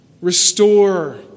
restore